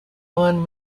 mun